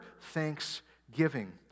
thanksgiving